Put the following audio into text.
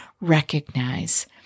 recognize